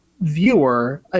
viewer